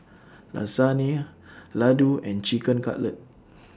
Lasagne Ladoo and Chicken Cutlet